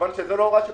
כי זו לא הוראה שפוקעת.